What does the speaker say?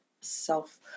self